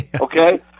okay